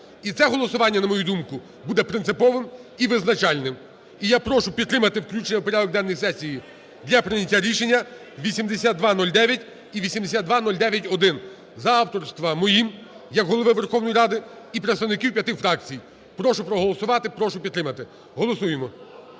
І це голосування, на мою думку, буде принциповим і визначальним. І я прошу підтримати включення в порядок денний сесії для прийняття рішення: 8209 і 8209-1, за авторством моїм як Голови Верховної Ради і представників п'яти фракцій. Прошу проголосувати, прошу підтримати. Голосуємо.